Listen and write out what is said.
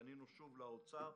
פנינו שוב למשרד האוצר.